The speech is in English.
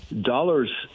Dollars